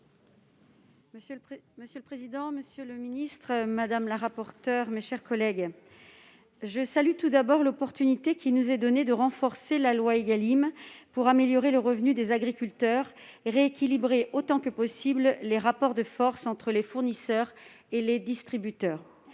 Monsieur le président, monsieur le ministre, mes chers collègues, je salue tout d'abord l'opportunité qui nous est donnée de renforcer la loi Égalim pour améliorer le revenu des agriculteurs et rééquilibrer autant que possible les rapports de force entre les fournisseurs et les distributeurs.